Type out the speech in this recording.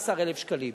16,000 שקלים.